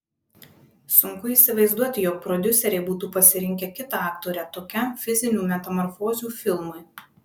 sunku įsivaizduoti jog prodiuseriai būtų pasirinkę kitą aktorę tokiam fizinių metamorfozių filmui